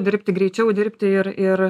dirbti greičiau dirbti ir ir